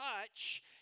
touch